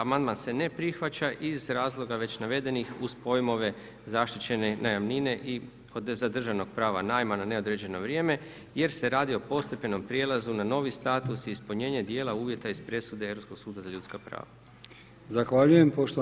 Amandman se ne prihvaća iz razloga već navedenih uz pojmove zaštićene najamnine i zadržanog prava najma na neodređeno vrijeme jer se radi o postepenom prijelazu na novi status i ispunjenje dijela uvjeta iz presude europskog suda za ljudska prava.